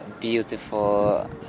beautiful